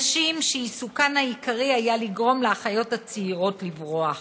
נשים שעיסוקן העיקרי היה לגרום לאחיות הצעירות לברוח.